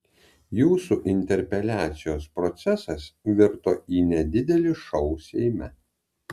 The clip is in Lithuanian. jūsų interpeliacijos procesas virto į nedidelį šou seime